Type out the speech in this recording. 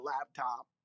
laptop